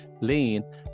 lean